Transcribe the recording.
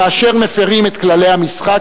כאשר מפירים את כללי המשחק,